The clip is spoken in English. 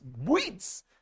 Weeds